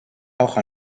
auch